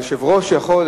היושב-ראש יכול,